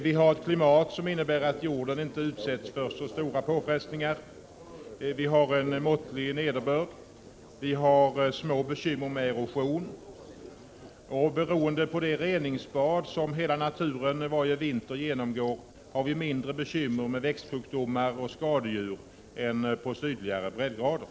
Vi har ett klimat som innebär att jorden inte utsätts för så stora påfrestningar. Vi har en måttlig nederbörd. Vi har små bekymmer med erosion. Beroende på det reningsbad som hela naturen varje vinter genomgår har vi mindre bekymmer med växtsjukdomar och skadedjur än man kan på sydligare breddgrader.